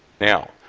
now,